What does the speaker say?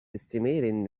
estimating